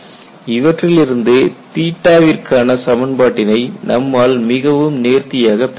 இவற்றிலிருந்து விற்கான சமன்பாட்டினை நம்மால் மிகவும் நேர்த்தியாகப் பெற முடியும்